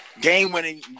Game-winning